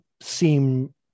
seem